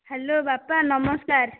hello ବାପା ନମସ୍କାର